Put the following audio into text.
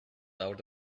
out